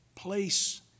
place